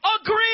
agree